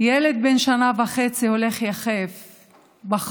ילד בן שנה וחצי הולך יחף בחום,